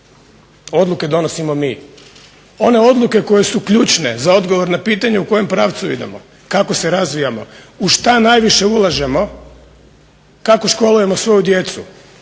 odluke donosimo mi. One odluke koje su ključne za odgovor na pitanja u kojem pravcu idemo, kako se razvijamo, u što najviše ulažemo, kako školujemo svoju djecu,